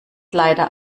leider